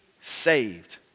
saved